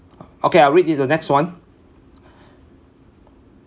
okay I'll read it the next one